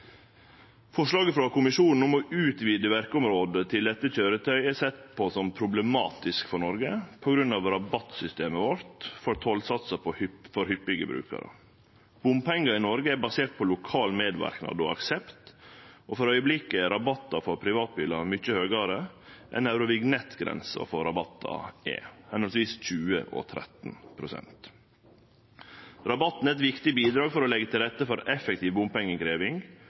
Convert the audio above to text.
Forslaget frå Kommisjonen om å utvide verkeområdet til lette køyretøy er sett på som problematisk for Noreg på grunn av rabattsystemet vårt for tollsatsar for hyppige brukarar. Bompengar i Noreg er baserte på lokal medverknad og aksept, og for augeblikket er rabattar for privatbilar mykje høgare enn Eurovignett-grensa for rabattar er, høvesvis 20 og 13 pst. Rabatten er eit viktig bidrag for å leggje til rette for effektiv